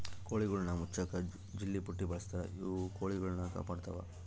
ಕೋಳಿಗುಳ್ನ ಮುಚ್ಚಕ ಜಲ್ಲೆಪುಟ್ಟಿ ಬಳಸ್ತಾರ ಇವು ಕೊಳಿಗುಳ್ನ ಕಾಪಾಡತ್ವ